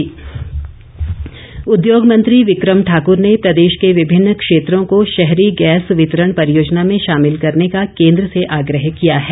विक्रम ठाकुर उद्योग मंत्री विक्रम ठाकुर ने प्रदेश के विभिन्न क्षेत्रों को शहरी गैस वितरण परियोजना में शामिल करने का केन्द्र से आग्रह किया है